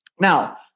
now